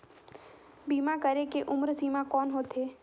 बीमा करे के उम्र सीमा कौन होथे?